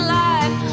life